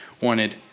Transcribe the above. wanted